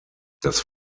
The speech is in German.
das